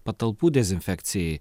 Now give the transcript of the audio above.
patalpų dezinfekcijai